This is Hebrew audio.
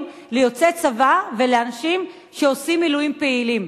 ליוצאי צבא ולאנשים שעושים מילואים פעילים.